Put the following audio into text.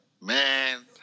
man